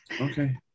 Okay